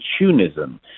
opportunism